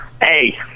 Hey